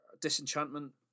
Disenchantment